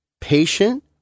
patient